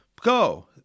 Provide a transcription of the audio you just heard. go